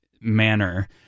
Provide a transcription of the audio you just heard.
manner